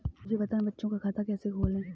मुझे बताएँ बच्चों का खाता कैसे खोलें?